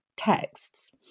texts